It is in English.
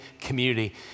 community